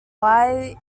lie